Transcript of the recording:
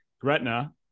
Gretna